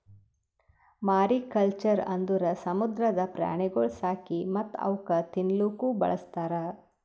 mariculture ಅಂದುರ್ ಸಮುದ್ರದ ಪ್ರಾಣಿಗೊಳ್ ಸಾಕಿ ಮತ್ತ್ ಅವುಕ್ ತಿನ್ನಲೂಕ್ ಬಳಸ್ತಾರ್